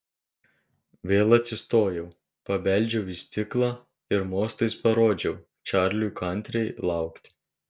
vėl atsistojau pabeldžiau į stiklą ir mostais parodžiau čarliui kantriai laukti